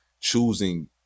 choosing